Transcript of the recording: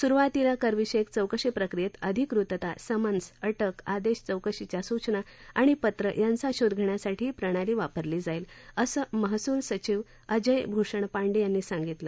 सुरुवातीला करविषयक चौकशी प्रक्रियेत अधिकृतता समन्स अटक आदेश चौकशीबाबतच्या सूचना आणि पत्रं यांचा शोध घेण्यासाठी ही प्रणाली वापरली जाईल असं महसूल सचिव अजय भूषण पांडे यांनी सांगितलं